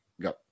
Go